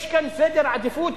יש כאן סדר עדיפות